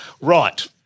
Right